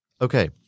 Okay